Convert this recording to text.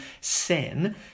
sin